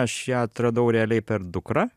aš ją atradau realiai per dukrą